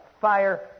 Fire